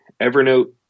Evernote